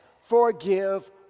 forgive